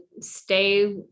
stay